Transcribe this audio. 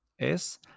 Es